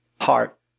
heart